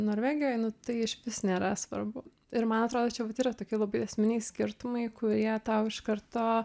norvegijoj tai išvis nėra svarbu ir man atrodo čia vat yra tokie labai esminiai skirtumai kurie tau iš karto